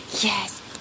Yes